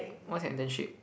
what's your internship